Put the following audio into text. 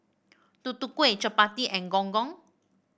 Tutu Kueh chappati and Gong Gong